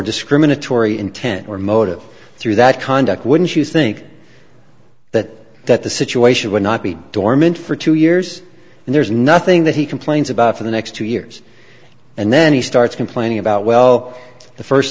discriminatory intent or motive through that conduct wouldn't you think that that the situation would not be dormant for two years and there's nothing that he complains about for the next two years and then he starts complaining about well the first